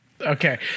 Okay